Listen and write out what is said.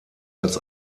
als